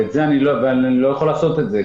ואני לא יכול לעשות את זה,